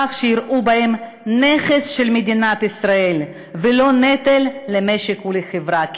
כך שיראו בהם נכס של מדינת ישראל ולא נטל למשק ולחברה.